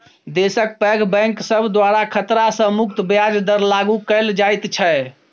देशक पैघ बैंक सब द्वारा खतरा सँ मुक्त ब्याज दर लागु कएल जाइत छै